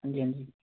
ਹਾਂਜੀ ਹਾਂਜੀ